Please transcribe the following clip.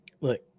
look